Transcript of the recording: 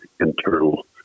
internal